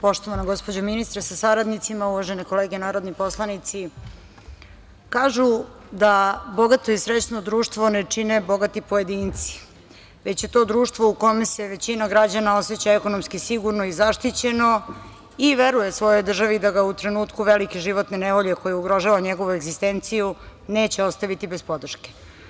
Poštovana gospođo ministre sa saradnicima, uvažene kolege narodni poslanici, kažu da bogato i srećno društvo ne čine bogati pojedinci, već je to društvo u kome se većina građana oseća ekonomski sigurno i zaštićeno i veruje svojoj državi da ga u trenutku velike životne nevolje koja ugrožava njegovu egzistenciju neće ostaviti bez podrške.